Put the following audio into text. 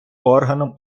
органом